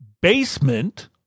basement